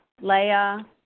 Leah